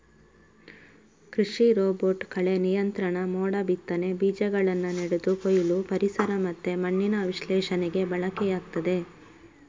ಕೃಷಿ ರೋಬೋಟ್ ಕಳೆ ನಿಯಂತ್ರಣ, ಮೋಡ ಬಿತ್ತನೆ, ಬೀಜಗಳನ್ನ ನೆಡುದು, ಕೊಯ್ಲು, ಪರಿಸರ ಮತ್ತೆ ಮಣ್ಣಿನ ವಿಶ್ಲೇಷಣೆಗೆ ಬಳಕೆಯಾಗ್ತದೆ